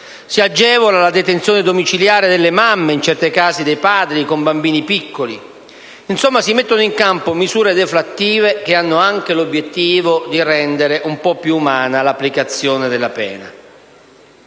si agevola la detenzione domiciliare delle mamme, in certi casi dei padri, con bambini piccoli. Insomma, si mettono in campo misure deflattive che hanno anche l'obiettivo di rendere un po' più umana l'applicazione della pena.